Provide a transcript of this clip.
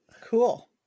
Cool